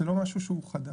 זה לא משהו שהוא חדש,